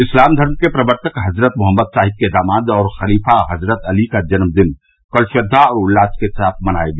इस्लाम धर्म के प्रवर्तक हज़रत मोहम्मद साहिब के दामाद और ख़लीफ़ा हज़रत अली का जन्मदिन कल श्रद्वा और उल्लास के साथ मनाया गया